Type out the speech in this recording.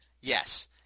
Yes